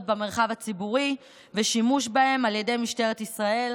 במרחב הציבורי ואת השימוש בהן על ידי משטרת ישראל.